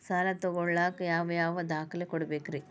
ಸಾಲ ತೊಗೋಳಾಕ್ ಯಾವ ಯಾವ ದಾಖಲೆ ಕೊಡಬೇಕ್ರಿ?